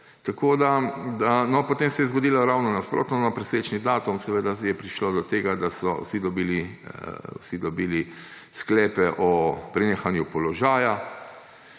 ne uvede. Potem se je zgodilo ravno nasprotno, na presečni datum je prišlo do tega, da so vsi dobili sklepe o prenehanju položaja.